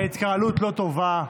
ההתקהלות לא טובה.